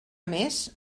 més